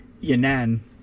Yunnan